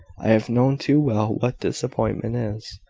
i have known too well what disappointment is,